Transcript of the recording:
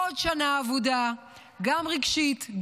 עוד שנה אבודה גם רגשית,